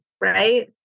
right